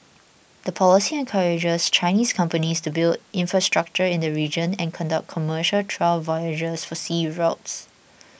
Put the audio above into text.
the policy encourages Chinese companies to build infrastructure in the region and conduct commercial trial voyages for sea routes